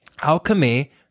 alchemy